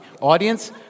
Audience